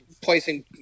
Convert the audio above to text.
placing